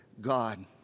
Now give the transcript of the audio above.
God